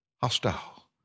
hostile